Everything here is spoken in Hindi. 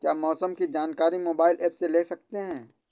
क्या मौसम की जानकारी मोबाइल ऐप से ले सकते हैं?